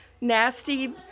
nasty